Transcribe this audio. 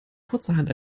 kurzerhand